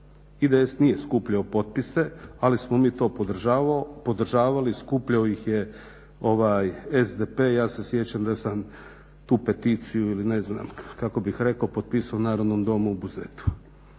IDS nije skupljao potpise ali smo mi to podržavali i skupljao ih je SDP ja se sjećam da sam tu peticiju ili ne znam kako bih rekao potpisao u Narodnom domu u Buzetu.